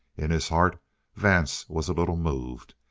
in his heart vance was a little moved.